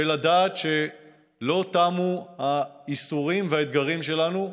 ולדעת שלא תמו הייסורים והאתגרים שלנו,